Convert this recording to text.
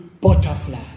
butterfly